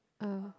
ah